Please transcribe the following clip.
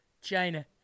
China